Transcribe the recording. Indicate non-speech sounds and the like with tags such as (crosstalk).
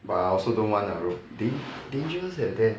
but I also don't want lah bro (noise) dangerous leh there